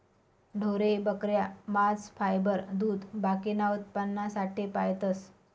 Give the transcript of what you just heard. ढोरे, बकऱ्या, मांस, फायबर, दूध बाकीना उत्पन्नासाठे पायतस